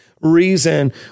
reason